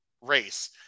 race